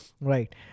right